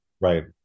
Right